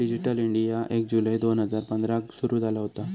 digital India एक जुलै दोन हजार पंधराक सुरू झाला होता